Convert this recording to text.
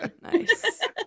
Nice